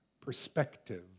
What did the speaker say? perspective